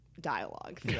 dialogue